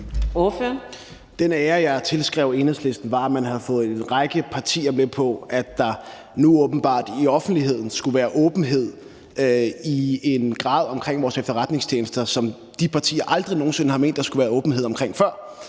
Den ære, jeg tilskrev Enhedslisten, var, at man havde fået en række partier med på, at der nu åbenbart over for offentligheden skulle være åbenhed omkring vores efterretningstjenester i en grad, som de partier aldrig nogen sinde før har ment der skulle være. Det kan